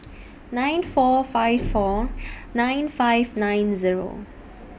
nine four five four nine five nine Zero